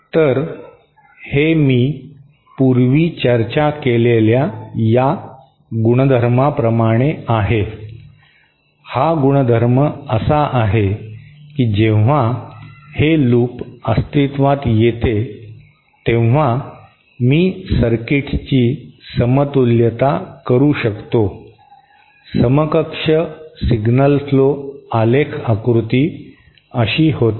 तर हे मी पूर्वी चर्चा केलेल्या या गुणधर्मप्रमाणे आहे हा गुणधर्म असा आहे की जेव्हा हे लूप अस्तित्वात येते तेव्हा मी सर्किटची समतुल्यता करू शकतो समकक्ष सिग्नल फ्लो आलेख आकृती अशी होते